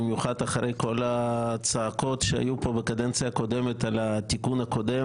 במיוחד אחרי כל הצעקות שהיו פה בקדנציה הקודמת על התיקון הקודם